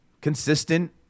consistent